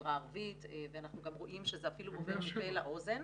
מהחברה הערבית ואנחנו גם רואים שזה אפילו עובר מפה לאוזן.